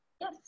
Yes